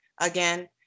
again